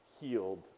healed